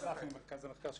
אסף ממרכז המחקר.